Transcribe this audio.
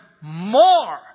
more